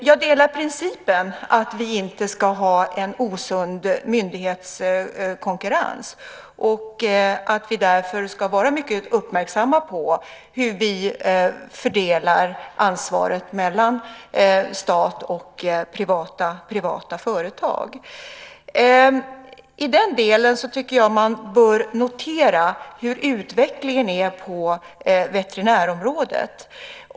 Jag instämmer i principen att vi inte ska ha en osund myndighetskonkurrens och att vi därför ska vara mycket uppmärksamma på hur vi fördelar ansvaret mellan stat och privata företag. I den delen tycker jag att man bör notera hur utvecklingen är på veterinärområdet.